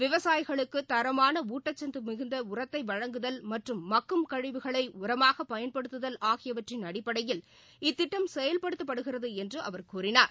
விவசாயிகளுக்குத் தரமான ஊட்டச்சத்து மிகுந்த உரத்தை வழங்குதல் மற்றும் மக்கும் கழிவுகளை உரமாகப் பயன்படுத்துதல் ஆகியவற்றின் அடிப்படையில் இத்திட்டம் செயல்படுத்தப்படுகிறது என்று அவர் கூறினார்